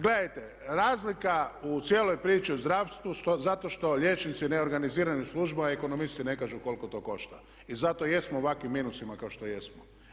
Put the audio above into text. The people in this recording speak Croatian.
Gledajte, razlika u cijeloj priči u zdravstvu zato što liječnici u neorganiziranim službama, ekonomisti ne kažu koliko to košta i zato jesmo u ovakvim minusima kao što jesmo.